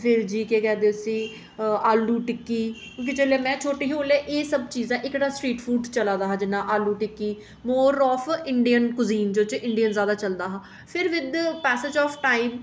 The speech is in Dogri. फ्ही जी केह् आखदे उसी आलू टिक्की की जे जेल्लै में छोटी ही उसलै एह् सब चीजां स्ट्रीट फूड चलै दा हा जि'यां आलू टिक्की मोर ऑफ इंडियन कुजीन जेह्दे च इंडियन जैदा चलदा हा सिर्फ इद्धर पैसेज ऑफ टाइम